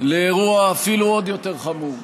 לאירוע אפילו עוד יותר חמור,